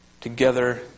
together